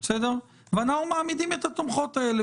ואנחנו מעמידים את התומכות האלה.